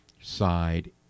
side